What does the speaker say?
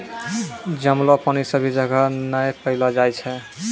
जमलो पानी सभी जगह नै पैलो जाय छै